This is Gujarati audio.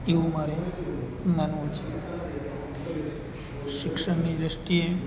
એવું મારે માનવું છે શિક્ષણની દૃષ્ટિએ